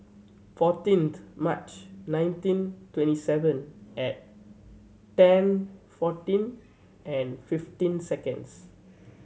fourteenth March nineteen twenty seven at ten fourteen and fifteen seconds